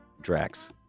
Drax